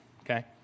okay